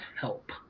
help